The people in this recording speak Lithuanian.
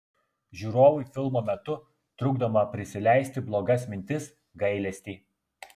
žiūrovui filmo metu trukdoma prisileisti blogas mintis gailestį